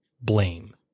blame